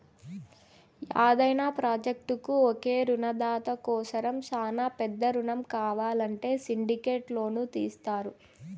యాదైన ప్రాజెక్టుకు ఒకే రునదాత కోసరం శానా పెద్ద రునం కావాలంటే సిండికేట్ లోను తీస్తారు